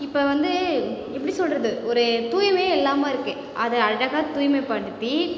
இப்போ வந்து எப்படி சொல்வது ஒரு தூய்மையே இல்லாமல் இருக்குது அதை அழகாக தூய்மைப்படுத்தி